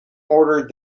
ordered